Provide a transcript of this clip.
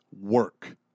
work